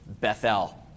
Bethel